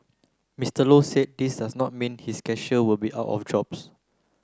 Mister Low said this does not mean his cashier will be out of jobs